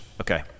okay